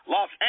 Los